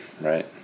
right